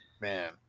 Man